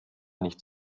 nicht